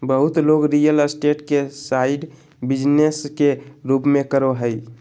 बहुत लोग real estate के साइड बिजनेस के रूप में करो हइ